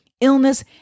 illness